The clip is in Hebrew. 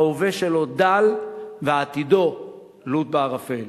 ההווה שלו דל ועתידו לוט בערפל".